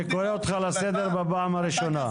אני קורא אותך לסדר בפעם הראשונה.